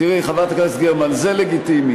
תראי, חברת הכנסת גרמן, זה לגיטימי.